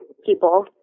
People